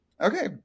Okay